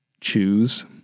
choose